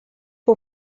que